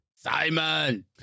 Simon